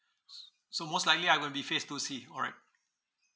s~ so most likely I will be phase two C alright